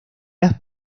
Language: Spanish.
las